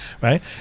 Right